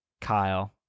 Kyle